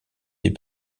des